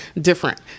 different